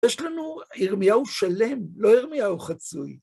יש לנו ירמיהו שלם, לא ירמיהו חצוי.